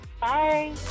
Bye